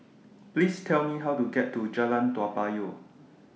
Please Tell Me How to get to Jalan Toa Payoh